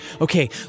okay